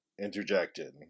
interjected